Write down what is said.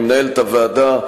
למנהלת הוועדה,